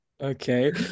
Okay